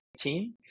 team